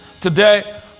Today